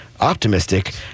optimistic